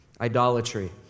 idolatry